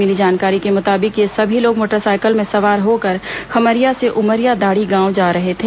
मिली जानकारी के मुताबिक ये सभी लोग मोटरसाइकिल में सवार होकर खम्हरिया से उमरिया दाढ़ी गांव जा रहे थे